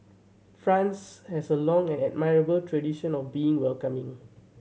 France has a long and admirable tradition of being welcoming